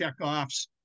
checkoffs